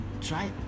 try